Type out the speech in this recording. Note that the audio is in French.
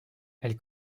elle